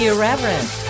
Irreverent